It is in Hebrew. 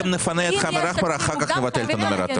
אנחנו אומרים שאם יש תקציב מוקדם חייבים את המנגנון.